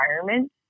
environment